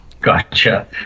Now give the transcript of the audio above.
gotcha